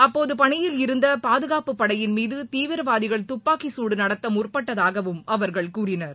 அப்போது பணியில் இருந்த பாதுகாப்பு படையின் மீது தீவிரவாதிகள் துப்பாக்கி சூடு நடத்த முற்பட்டதாகவும் அவர் கூறினர்